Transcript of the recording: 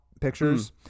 Pictures